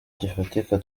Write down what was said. gifatika